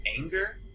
anger